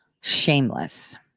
Shameless